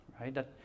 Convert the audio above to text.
right